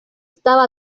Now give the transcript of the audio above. estaba